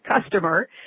customer